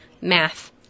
math